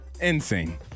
Insane